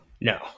No